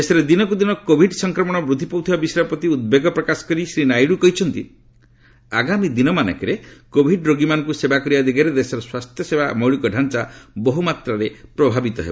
ଦେଶରେ ଦିନକୁ ଦିନ କୋଭିଡ୍ ସଂକ୍ରମଣ ବୃଦ୍ଧି ପାଉଥିବା ବିଷୟ ପ୍ରତି ଉଦ୍ବେଗ ପ୍ରକାଶ କରି ଶ୍ରୀ ନାଇଡ଼ କହିଛନ୍ତି ଆଗାମୀ ଦିନମାନଙ୍କରେ କୋଭିଡ୍ ରୋଗୀମାନଙ୍କୁ ସେବା କରିବା ଦିଗରେ ଦେଶର ସ୍ୱାସ୍ଥ୍ୟସେବା ମୌଳିକତ୍ତାଞ୍ଚା ବହୁମାତ୍ରାରେ ପ୍ରଭାବିତ ହେବ